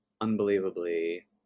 unbelievably